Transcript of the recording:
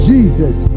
Jesus